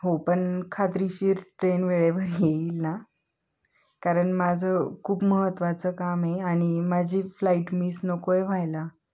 हो पण खाात्रीशीर ट्रेन वेळेवर येईल ना कारण माझं खूप महत्त्वाचं काम आहे आणि माझी फ्लाईट मिस नको आहे व्हायला